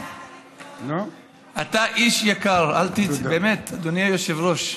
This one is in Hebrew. אתה איש יקר, באמת, אדוני היושב-ראש.